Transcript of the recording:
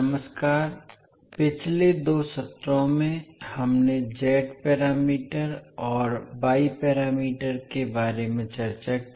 नमस्कार पिछले दो सत्रों में हमने z पैरामीटर और y पैरामीटर के बारे में चर्चा की